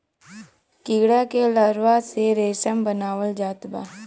कीड़ा के लार्वा से रेशम बनावल जात बा